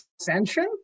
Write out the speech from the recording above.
Ascension